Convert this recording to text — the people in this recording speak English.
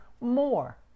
more